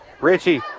Richie